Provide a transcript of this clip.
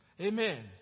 Amen